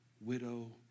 widow